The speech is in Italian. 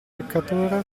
peccatore